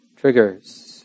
triggers